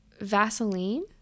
Vaseline